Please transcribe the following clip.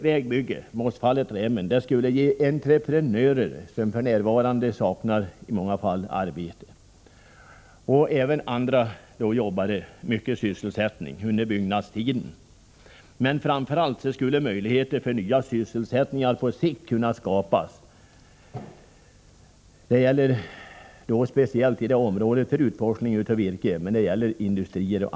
Vägbygget Mossfallet-Rämen skulle ge entreprenörer — som för närvarande har liten sysselsättning — och även andra, t.ex. jobbare, mycket sysselsättning under byggnadstiden, men framför allt skulle möjligheter för nya sysselsättningar på sikt kunna skapas. Det gäller i det området speciellt utforsling av virke men också industriutveckling.